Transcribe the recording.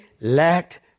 lacked